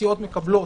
שסיעות מקבלות,